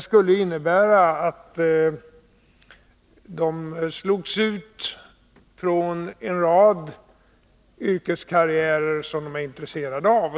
skulle innebära att de slogs ut från en rad karriärer som de är intresserade av.